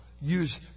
Use